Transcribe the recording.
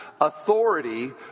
authority